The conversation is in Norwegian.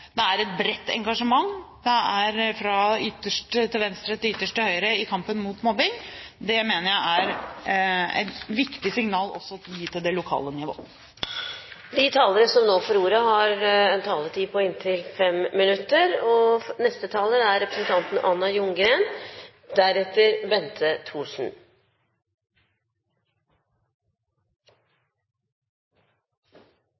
det er et bredt engasjement fra ytterst til venstre til ytterst til høyre i kampen mot mobbing. Det mener jeg er et viktig signal å gi også til det lokale nivå. Først vil jeg takke interpellantene og statsråden for gode innlegg i denne saken. Det er veldig bra at vi får en stor og